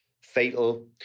fatal